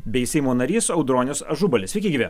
bei seimo narys audronius ažubalis sveiki gyvi